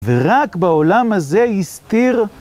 ורק בעולם הזה הסתיר